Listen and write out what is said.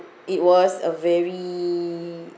it was a very